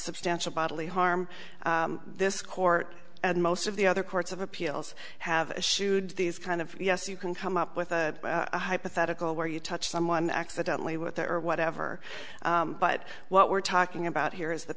substantial bodily harm this court and most of the other courts of appeals have issued these kind of yes you can come up with a hypothetical where you touch someone accidentally with or whatever but what we're talking about here is the